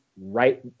right